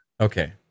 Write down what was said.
Okay